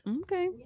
Okay